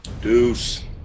Deuce